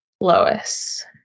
Lois